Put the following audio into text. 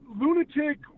lunatic